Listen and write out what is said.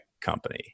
company